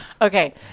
Okay